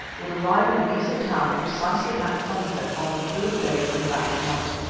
would arrive in beza town precisely at sunset on the third day from that night.